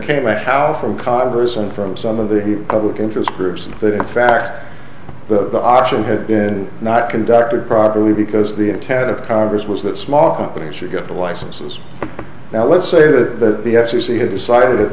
came a house from congress and from some of the public interest groups and the fact that the auction had been not conducted properly because the intent of congress was that small companies should get the licenses now let's say that the f c c had decided at